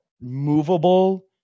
movable